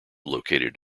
located